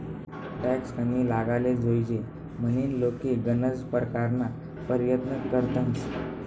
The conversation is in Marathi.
टॅक्स कमी लागाले जोयजे म्हनीन लोके गनज परकारना परयत्न करतंस